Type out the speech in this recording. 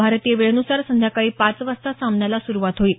भारतीय वेळेनुसार संध्याकाळी पाच वाजता सामन्याला सुरुवात होईल